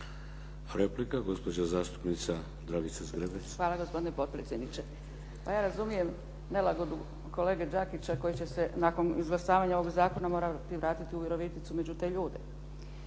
Replika, gospođa zastupnica Dragica Zgrebec. **Zgrebec, Dragica (SDP)** Hvala gospodine potpredsjedniče. Pa ja razumijem nelagodu kolege Đakića koji će se nakon izglasavanja ovog zakona morati vratiti u Viroviticu među te ljude.